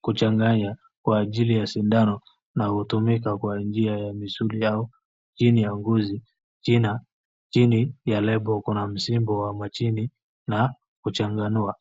kuchanganya kwa ajili ya sindano na hutumika kwa njia ya misuli au chini ya ngozi. Chini ya label kuna msimbo wa majini na kuchanganua.